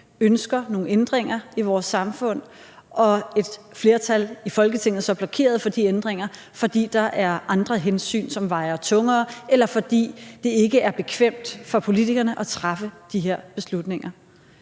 ønsker nogle ændringer i vores samfund, men et flertal i Folketinget så blokerer for de ændringer, fordi der er andre hensyn, som vejer tungere, eller fordi det ikke er bekvemt for politikerne at træffe de her beslutninger.